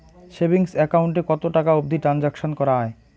Savings account এ কতো টাকা অবধি ট্রানসাকশান করা য়ায়?